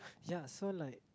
ya so like